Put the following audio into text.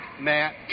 Matt